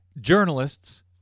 journalists